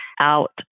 out